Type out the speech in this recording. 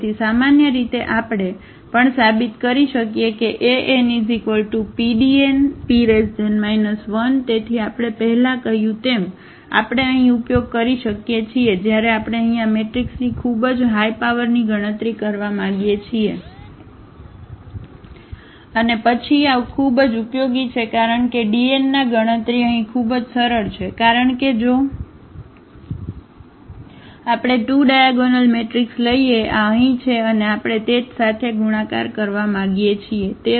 તેથી સામાન્ય રીતે આપણે પણ સાબિત કરી શકીએ કે AnPDnP 1 તેથી આપણે પહેલા કહ્યું તેમ આપણે અહીં ઉપયોગ કરી શકીએ છીએ જ્યારે આપણે અહીં આ મેટ્રિક્સની ખૂબ જ હાય પાવરની ગણતરી કરવા માંગીએ છીએ અને પછી આ ખૂબ જ ઉપયોગી છે કારણ કે Dn ના ગણતરી અહીં ખૂબ જ સરળ છે કારણ કે જો આપણે 2 ડાયાગોનલ મેટ્રિક્સ લઈએ આ અહીં છે અને આપણે તે જ સાથે ગુણાકાર કરવા માંગીએ છીએ